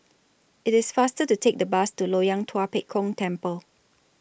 IT IS faster to Take The Bus to Loyang Tua Pek Kong Temple